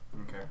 okay